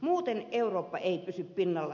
muuten eurooppa ei pysy pinnalla